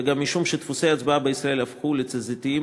וגם משום שדפוסי ההצבעה בישראל הפכו לתזזיתיים,